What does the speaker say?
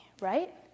right